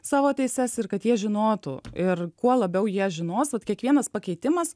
savo teises ir kad jie žinotų ir kuo labiau jie žinos vat kiekvienas pakeitimas